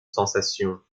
sensation